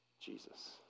Jesus